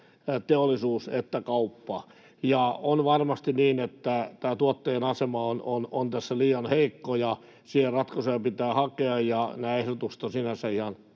teollisuus että kauppa — ja on varmasti niin, että tuottajien asema on tässä liian heikko ja siihen ratkaisuja pitää hakea, ja nämä ehdotukset ovat sinänsä ihan